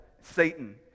Satan